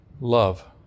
love